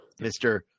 Mr